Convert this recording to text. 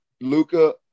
Luca